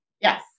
Yes